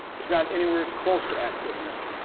it's not anywhere close to adequate enough.